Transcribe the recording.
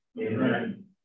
Amen